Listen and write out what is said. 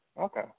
Okay